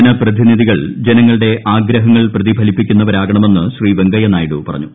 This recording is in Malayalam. ജനപ്രതിനിധികൾ ജനങ്ങളുടെ ആഗ്രഹങ്ങൾ പ്രതിഫലിപ്പിക്കുന്നവരാകണമെന്ന് ശ്രീ വെങ്കയ്യനായിഡു പറഞ്ഞു